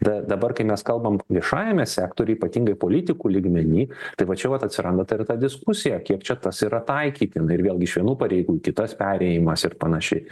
ta dabar kai mes kalbam viešajame sektoriuj ypatingai politikų lygmeny tai va čia vat atsiranda ta ir ta diskusija kiek čia tas yra taikytina ir vėlgi iš vienų pareigų į kitas perėjimas ir panašiai